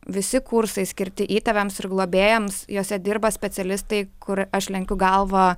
visi kursai skirti įtėviams ir globėjams jose dirba specialistai kur aš lenkiu galvą